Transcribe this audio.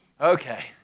Okay